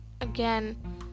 again